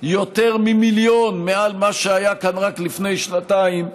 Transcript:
יותר ממיליון מעל מה שהיה כאן רק לפני שנתיים,